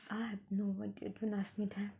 ah no don't ask me that